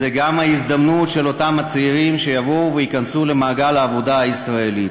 זו גם ההזדמנות של אותם הצעירים שיבואו וייכנסו למעגל העבודה הישראלי.